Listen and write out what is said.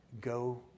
go